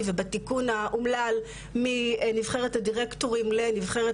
ובתיקון האומלל מ"נבחרת הדירקטורים" ל"נבחרת